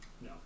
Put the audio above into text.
No